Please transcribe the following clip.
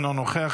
אינו נוכח,